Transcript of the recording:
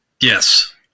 Yes